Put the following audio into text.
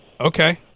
okay